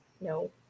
No